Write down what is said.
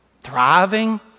thriving